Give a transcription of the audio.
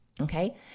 Okay